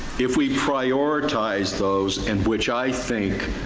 if we prioritize those and which i think.